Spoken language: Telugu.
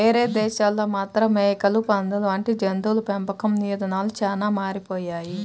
వేరే దేశాల్లో మాత్రం మేకలు, పందులు వంటి జంతువుల పెంపకం ఇదానాలు చానా మారిపోయాయి